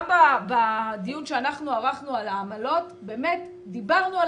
גם בדיון שאנחנו ערכנו על העמלות באמת דיברנו על